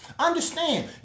understand